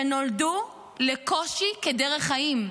שנולדו לקושי כדרך חיים.